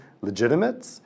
legitimate